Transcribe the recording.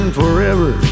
forever